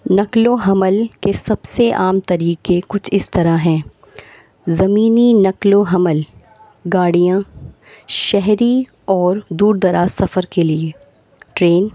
نقل و حمل کے سب سے عام طریقے کچھ اس طرح ہیں زمینی نقل و حمل گاڑیاں شہری اور دور دراز سفر کے لیے ٹرین